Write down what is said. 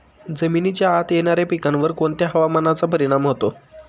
जमिनीच्या आत येणाऱ्या पिकांवर कोणत्या हवामानाचा परिणाम होतो?